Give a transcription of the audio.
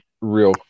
real